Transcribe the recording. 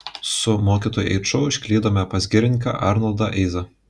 su mokytoju eiču užklydome pas girininką arnoldą eizą